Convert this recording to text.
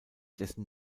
dessen